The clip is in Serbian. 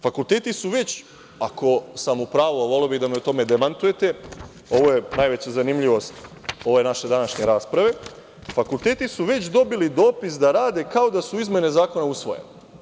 Fakulteti su već, ako sam u pravu, a voleo bih da me u tome demantujete, ovo je najveća zanimljivost ove naše današnje rasprave, dobili dopis da rade kao da su izmene Zakona usvojene.